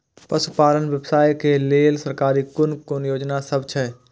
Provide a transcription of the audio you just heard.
पशु पालन व्यवसाय के लेल सरकारी कुन कुन योजना सब छै?